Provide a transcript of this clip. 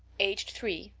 aged three,